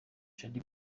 shaddy